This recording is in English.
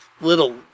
little